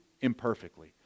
imperfectly